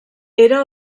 era